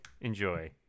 enjoy